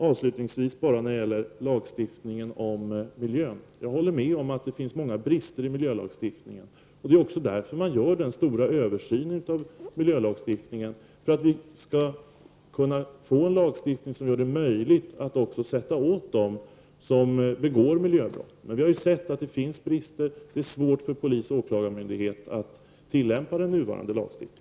Avslutningsvis bara en kommentar beträffande lagstiftningen om miljön. Jag håller med om att det finns många brister i miljölagstiftningen, och det är också därför som man gör den stora översyn som pågår. Syftet är att vi skall få till stånd en lagstiftning som gör det möjligt att också sätta åt dem som begår miljöbrott. Vi har således insett att det finns brister och att det är svårt för polis och åklagarmyndighet att tillämpa nuvarande lagstiftning.